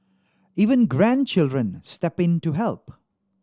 even grandchildren step in to help